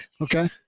Okay